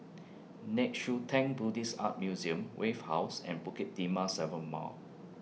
Nei Xue Tang Buddhist Art Museum Wave House and Bukit Timah seven Mile